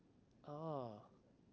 ah